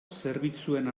zerbitzuen